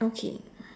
okay